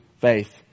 faith